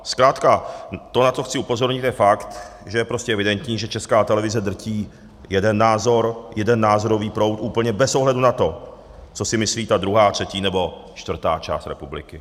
Zkrátka to, na to chci upozornit, je fakt, že je prostě evidentní, že Česká televize drží jeden názor, jeden názorový proud úplně bez ohledu na to, co si myslí ta druhá, třetí nebo čtvrtá část republiky.